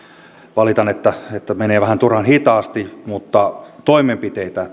valitan että että menee vähän turhan hitaasti mutta toimenpiteitä